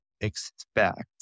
expect